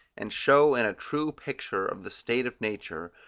and show in a true picture of the state of nature,